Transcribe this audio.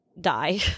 die